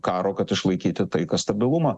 karo kad išlaikyti taiką stabilumą